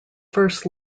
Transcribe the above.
first